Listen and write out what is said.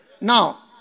Now